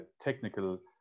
technical